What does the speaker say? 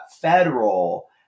federal